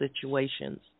situations